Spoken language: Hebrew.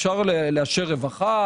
אפשר לאשר רווחה,